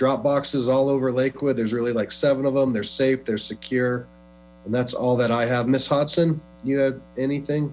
dropbox all over lakewood there's really like seven of them they're safe they're secure and that's all that i have miss hodson anything